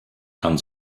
kann